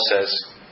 says